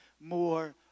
more